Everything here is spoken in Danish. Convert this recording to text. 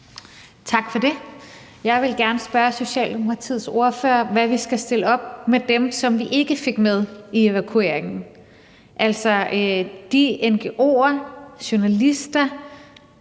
Tak for det. Jeg vil gerne spørge Socialdemokratiets ordfører, hvad vi skal stille op med dem, som vi ikke fik med i evakueringen, altså de ngo'er, journalister,